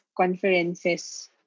conferences